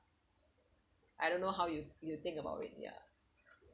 I don't know how you you think about it ya